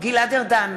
גלעד ארדן,